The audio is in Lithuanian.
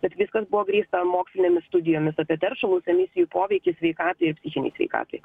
bet viskas buvo grįsta mokslinėmis studijomis apie teršalus emisijų poveikį sveikatai ir psichinei sveikatai